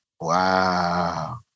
Wow